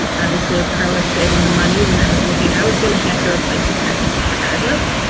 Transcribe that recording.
obviously, a pro is saving a money. when i was looking, i was gonna have to replace the textbook regardless.